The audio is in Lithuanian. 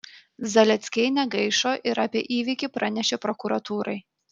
zaleckiai negaišo ir apie įvykį pranešė prokuratūrai